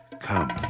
come